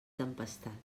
tempestat